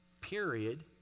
period